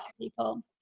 people